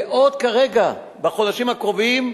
ועוד כרגע, בחודשים הקרובים,